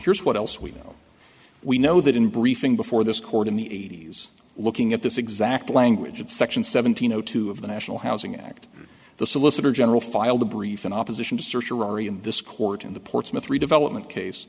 here's what else we know we know that in briefing before this court in the eighty's looking at this exact language at section seventeen zero two of the national housing act the solicitor general filed a brief in opposition to search this court in the portsmouth redevelopment case